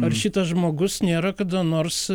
ar šitas žmogus nėra kada nors